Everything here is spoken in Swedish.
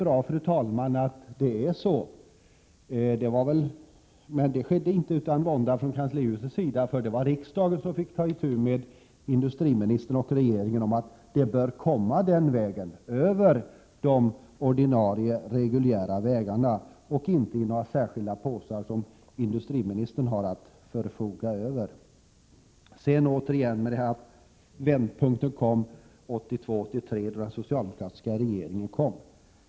Ja, fru talman, det är bra att det är så, men det skedde inte utan vånda från kanslihusets sida. Det var faktiskt riksdagen som fick ta itu med industriministern och regeringen och framhålla att initiativen bör komma via de ordinarie, reguljära vägarna och inte i några särskilda penningpåsar som industriministern har att förfoga över. Så hörde vi återigen att vändpunkten kom 1982/83, då den socialdemokratiska regeringen tillträdde.